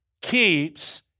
keeps